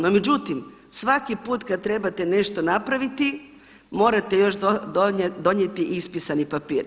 No, međutim svaki put kad trebate nešto napraviti morate još donijeti ispisani papir.